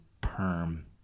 perm